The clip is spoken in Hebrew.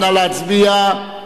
נא להצביע.